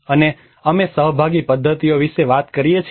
અને અમે સહભાગી પદ્ધતિઓ વિશે વાત કરીએ છીએ